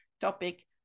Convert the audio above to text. topic